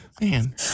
Man